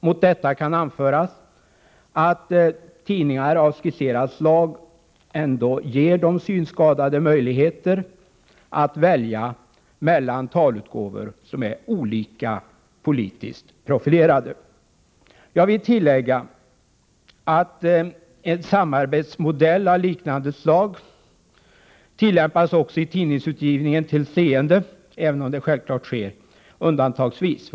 Mot detta kan anföras att tidningar av skisserat slag ändå ger de synskadade möjligheter att välja mellan talutgåvor som har olika politiska profiler. Jag vill tillägga att en samarbetsmodell av liknande slag tillämpas också i tidningsutgivningen till seende, även om det självfallet sker undantagsvis.